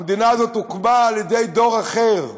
המדינה הזאת הוקמה על-ידי דור אחר,